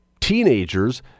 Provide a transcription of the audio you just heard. Teenagers